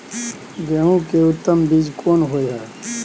गेहूं के उत्तम बीज कोन होय है?